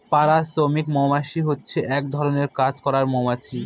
পাড়া শ্রমিক মৌমাছি হচ্ছে এক ধরনের কাজ করার মৌমাছি